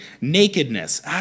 nakedness